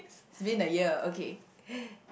it's been a year okay